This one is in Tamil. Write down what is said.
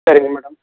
சரிங்க மேடம்